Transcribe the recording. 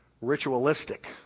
ritualistic